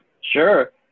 Sure